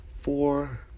four